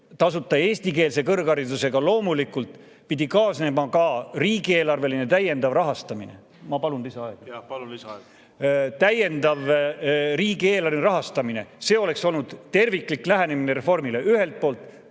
tasuta eestikeelse kõrgharidusega loomulikult pidi kaasnema ka riigieelarveline täiendav rahastamine. Ma palun lisaaega. Jah, palun! Lisaaeg. Täiendav riigieelarveline rahastamine oleks olnud terviklik lähenemine reformile. Ühelt poolt